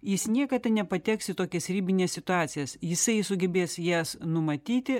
jis niekada nepateks į tokias ribines situacijas jisai sugebės jas numatyti